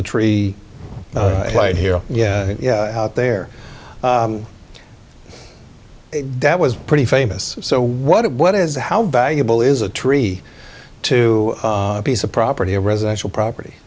the tree line here yeah yeah out there that was pretty famous so what what is how valuable is a tree two piece of property a residential property